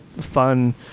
fun